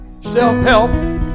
self-help